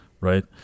right